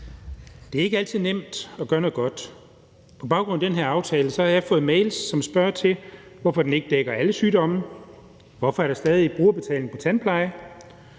Det er ikke altid nemt at gøre noget godt. På baggrund af den her aftale har jeg fået mails, som spørger til, hvorfor den ikke dækker alle sygdomme, og hvorfor der stadig er brugerbetaling på tandpleje.